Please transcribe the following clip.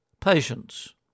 patience